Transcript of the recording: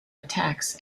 attacks